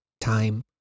time